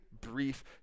brief